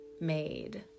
made